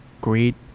great